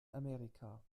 amerika